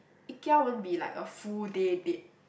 Ikea won't be like a full day date